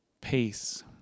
peace